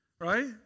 right